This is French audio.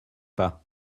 pas